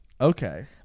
Okay